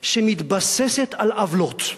שמתבססת על עוולות.